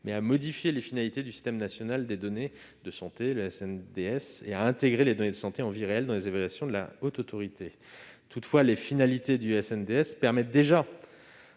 mais à modifier les finalités du système national des données de santé, le SNDS, et à intégrer les données de santé en vie réelle dans les évaluations de la Haute Autorité de santé. Toutefois, les finalités du SNDS permettent déjà